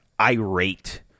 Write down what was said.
irate